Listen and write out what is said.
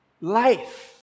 life